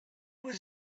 was